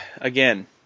again